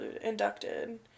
inducted